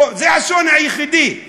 זה השוני היחידי.